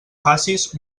facis